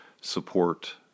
support